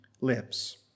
lips